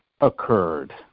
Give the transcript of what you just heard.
occurred